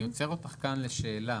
אני עוצר אותך כאן לשאלה.